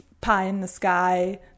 pie-in-the-sky